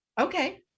Okay